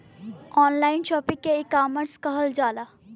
online shopping के ecommerce कहल जाला